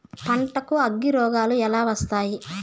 పంటకు అగ్గిరోగాలు ఎలా వస్తాయి?